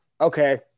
Okay